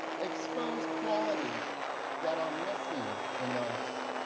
expose qualities that are missing in us,